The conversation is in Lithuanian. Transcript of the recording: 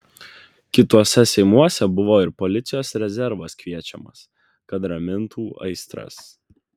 kituose seimuose buvo ir policijos rezervas kviečiamas kad ramintų aistras